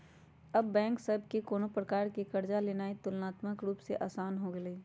अब बैंक सभ से कोनो प्रकार कें कर्जा लेनाइ तुलनात्मक रूप से असान हो गेलइ